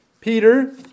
Peter